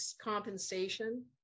compensation